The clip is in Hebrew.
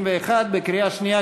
21 בקריאה שנייה,